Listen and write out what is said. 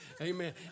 Amen